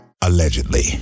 allegedly